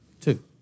Two